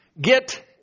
get